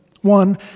One